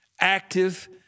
active